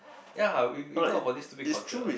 ya if if not for this stupid culture